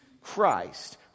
Christ